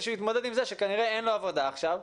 שהוא יתמודד עם זה שכנראה אין לו עבודה עכשיו,